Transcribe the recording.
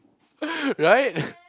right